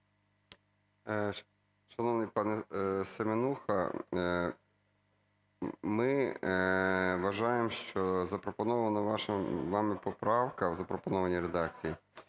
Шановний пане Семенуха, ми вважаємо, що запропонована вами поправка в запропонованій редакції,